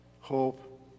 hope